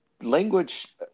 language